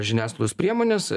žiniasklaidos priemonės